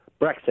Brexit